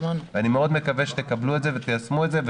ואני מאוד מקווה שתקבלו את זה ותיישמו את זה.